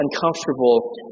uncomfortable